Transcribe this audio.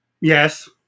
Yes